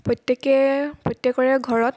প্ৰত্যেকে প্ৰত্যেকৰে ঘৰত